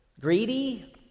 greedy